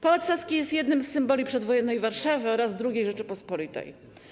Pałac Saski jest jednym z symboli przedwojennej Warszawy oraz II Rzeczypospolitej.